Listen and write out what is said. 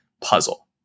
puzzle